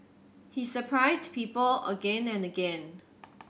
he surprised people again and again